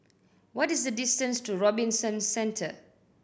what is the distance to Robinson Centre